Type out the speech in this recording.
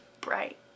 bright